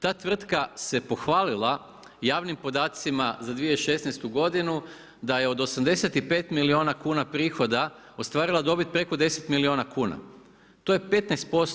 Ta tvrtka se pohvalila javnim podacima za 2016. godinu da je od 85 milijuna kuna prihoda ostvarila dobit preko 10 milijuna kuna, to je 15%